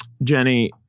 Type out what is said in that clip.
Jenny